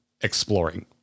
exploring